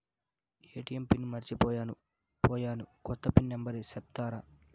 ATM pin మర్చిపోయాను పోయాను, కొత్త పిన్ నెంబర్ సెప్తారా?